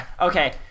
okay